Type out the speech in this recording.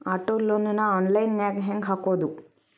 Auto loan ನ online ನ್ಯಾಗ್ ಹೆಂಗ್ ಹಾಕೊದು?